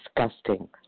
disgusting